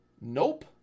Nope